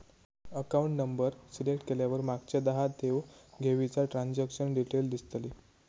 account number select केल्यावर मागच्या दहा देव घेवीचा ट्रांजॅक्शन डिटेल दिसतले